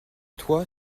toi